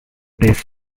this